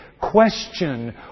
Question